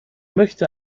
möchte